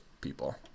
people